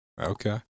Okay